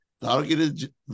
Targeted